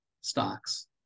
stocks